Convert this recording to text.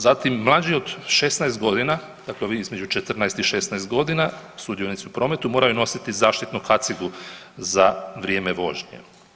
Zatim, mlađi od 16 godina dakle ovi između 14 i 16 godina sudionici u prometu moraju nositi zaštitnu kacigu za vrijeme vožnje.